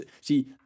See